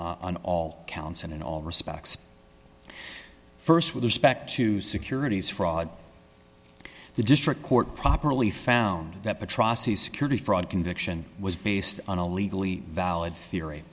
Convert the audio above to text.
on all counts and in all respects st with respect to securities fraud the district court properly found that atrocity security fraud conviction was based on a legally valid theory